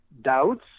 doubts